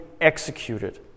executed